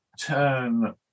turn